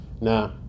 nah